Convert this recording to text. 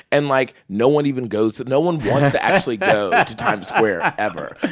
and, like, no one even goes no one wants to actually go to times square ever